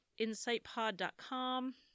InsightPod.com